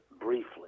briefly